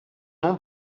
nom